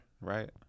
right